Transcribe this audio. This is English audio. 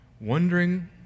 wondering